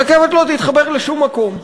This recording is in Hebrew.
הרכבת לא תתחבר לשום מקום.